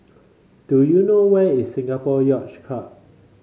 do you know where is Singapore Yacht Club